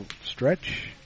stretch